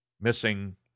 Missing